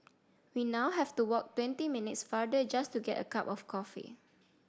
we now have to walk twenty minutes farther just to get a cup of coffee